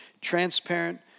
transparent